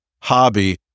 hobby